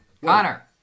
Connor